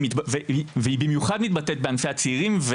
והיא במיוחד מתבטאת בענפי הצעירים.